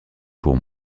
pour